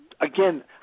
Again